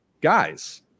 guys